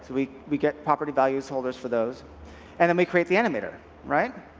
we we get property value holders for those and then we create the animateor, right?